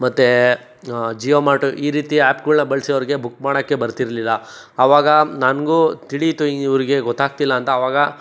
ಮತ್ತು Jio mart ಈ ರೀತಿ ಆ್ಯಪ್ಗಳ್ನ ಬಳಸಿ ಅವರಿಗೆ ಬುಕ್ ಮಾಡೋಕ್ಕೆ ಬರ್ತಿರ್ಲಿಲ್ಲ ಆವಾಗ ನನಗೂ ತಿಳೀತು ಇವರಿಗೆ ಗೊತ್ತಾಗ್ತಿಲ್ಲ ಅಂತ ಆವಾಗ